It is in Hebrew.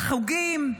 חוגים,